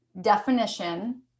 definition